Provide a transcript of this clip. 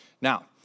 Now